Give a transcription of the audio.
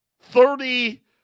Thirty